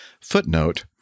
footnote